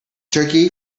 turkey